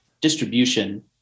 distribution